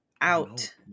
out